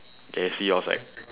okay see you outside